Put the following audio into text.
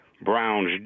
Brown's